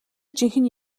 жинхэнэ